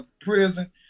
prison